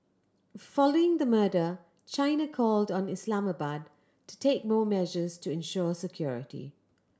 following the murder China called on Islamabad to take more measures to ensure security